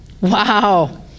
Wow